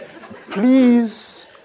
please